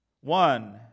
One